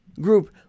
group